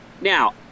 now